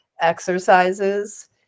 exercises